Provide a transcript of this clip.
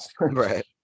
right